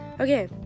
Okay